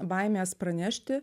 baimės pranešti